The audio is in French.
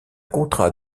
contrat